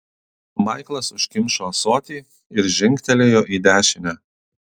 maiklas užkimšo ąsotį ir žingtelėjo į dešinę